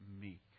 meek